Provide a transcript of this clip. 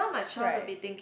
right